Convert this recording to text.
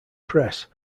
press